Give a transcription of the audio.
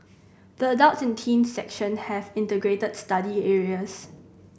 the adults and teens section have integrated study areas